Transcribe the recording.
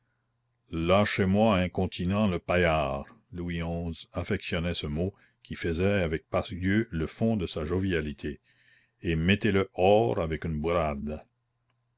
lâchez-moi incontinent le paillard louis xi affectionnait ce mot qui faisait avec pasque dieu le fond de sa jovialité et mettez-le hors avec une bourrade